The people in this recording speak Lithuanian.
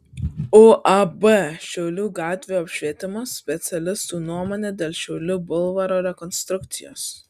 uab šiaulių gatvių apšvietimas specialistų nuomonė dėl šiaulių bulvaro rekonstrukcijos